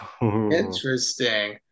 interesting